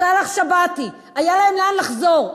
סאלח שבתי, היה להם לאן לחזור.